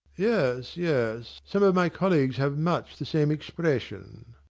yes, yes some of my colleagues have much the same expression.